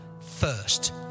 first